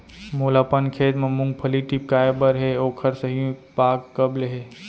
मोला अपन खेत म मूंगफली टिपकाय बर हे ओखर सही पाग कब ले हे?